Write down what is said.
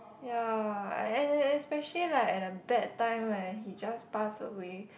ya I and especially like at a bad time when he just passed away